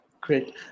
Great